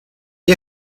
gli